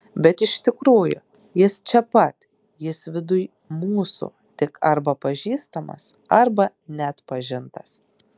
bet iš tikrųjų jis čia pat jis viduj mūsų tik arba pažįstamas arba neatpažintas